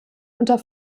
unter